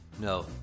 No